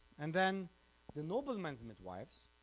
and then the noblemens' midwives,